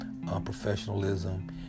unprofessionalism